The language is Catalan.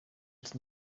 els